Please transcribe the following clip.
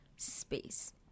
space